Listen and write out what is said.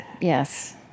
yes